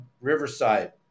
Riverside